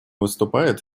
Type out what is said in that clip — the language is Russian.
выступает